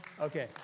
Okay